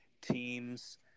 teams